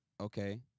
okay